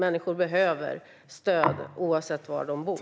Människor behöver stöd, oavsett var de bor.